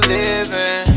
living